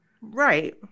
Right